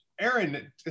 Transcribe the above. Aaron